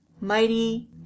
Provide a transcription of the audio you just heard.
mighty